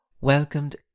welcomed